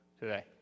today